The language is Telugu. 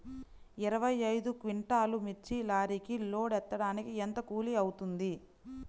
ఇరవై ఐదు క్వింటాల్లు మిర్చి లారీకి లోడ్ ఎత్తడానికి ఎంత కూలి అవుతుంది?